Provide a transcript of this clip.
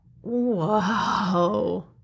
Whoa